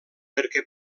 perquè